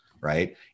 Right